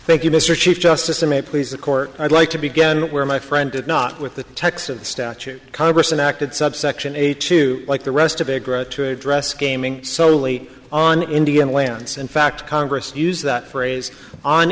you mr chief justice it may please the court i'd like to begin where my friend did not with the texas statute congress and acted subsection eight to like the rest of a grant to address gaming solely on indian lands in fact congress use that phrase on